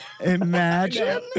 Imagine